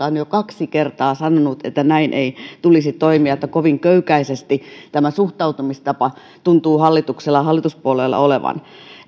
on jo kaksi kertaa sanonut että näin ei tulisi toimia niin että kovin köykäistä tämä suhtautumistapa tuntuu hallituspuolueilla olevan